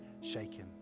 shaken